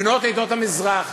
בנות עדות המזרח.